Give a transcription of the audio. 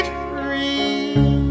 free